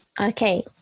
Okay